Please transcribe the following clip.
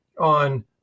on